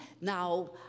now